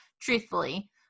truthfully